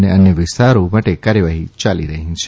અને અન્ય વિસ્તારો માટે કાર્યવાહી યાલી રહી છે